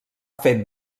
fet